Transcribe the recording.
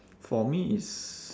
for me is